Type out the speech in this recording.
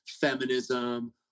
feminism